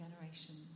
generations